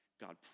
God